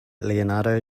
leonardo